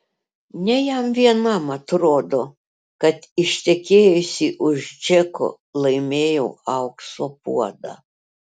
ne jam vienam atrodo kad ištekėjusi už džeko laimėjau aukso puodą